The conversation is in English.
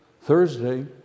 Thursday